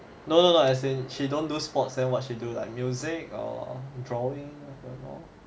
no no no as in she don't do sports then what's you do like music or drawing